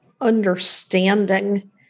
understanding